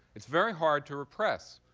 it's very hard to repress.